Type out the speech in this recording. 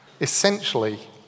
essentially